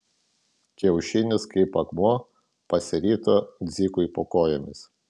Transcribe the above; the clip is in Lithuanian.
kiaušinis kaip akmuo pasirito dzikui po kojomis